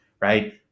right